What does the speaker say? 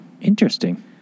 Interesting